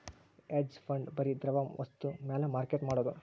hedge fund ಬರಿ ದ್ರವ ವಸ್ತು ಮ್ಯಾಲ ಮಾರ್ಕೆಟ್ ಮಾಡೋದು